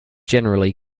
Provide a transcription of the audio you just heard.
generally